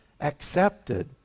accepted